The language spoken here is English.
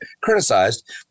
criticized